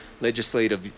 legislative